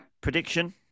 Prediction